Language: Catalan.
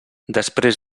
després